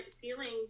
feelings